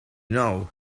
know